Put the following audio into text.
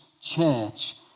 church